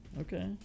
Okay